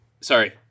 sorry